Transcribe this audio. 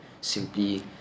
simply